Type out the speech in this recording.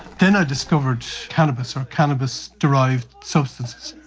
then i discovered cannabis or cannabis derived substances.